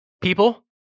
people